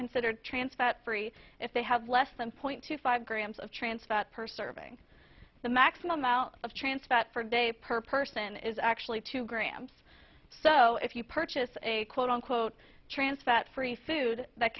considered trans fat free if they have less than point two five grams of trans fat per serving the maximum out of trance that for a day per person is actually two grams so if you purchase a quote unquote trans fat free food that